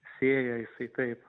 sėjo jisai kaip